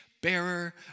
bearer